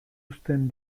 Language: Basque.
uzten